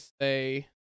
say